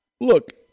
Look